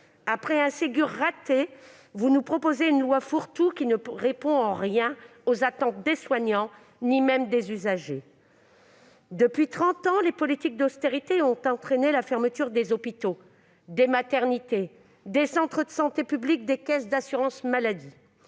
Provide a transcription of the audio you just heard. Après un Ségur raté, vous nous proposez une loi fourre-tout qui ne répond en rien aux attentes des soignants, ni même des usagers. Depuis trente ans, les politiques d'austérité ont entraîné la fermeture d'hôpitaux, de maternités, de centres de santé publique, de caisses d'assurance maladie.